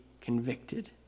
convicted